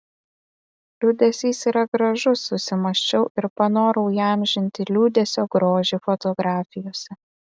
liūdesys yra gražus susimąsčiau ir panorau įamžinti liūdesio grožį fotografijose